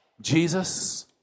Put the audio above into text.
Jesus